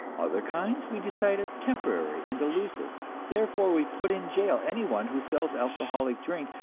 other kinds we decide are temporary and delusive therefore we put in jail anyone who sells alcoholic drink,